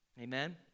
Amen